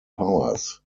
powers